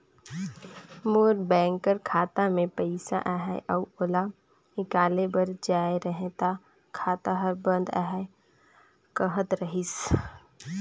मोर bank कर खाता में पइसा अहे अउ ओला हिंकाले बर जाए रहें ता खाता हर बंद अहे कहत रहिस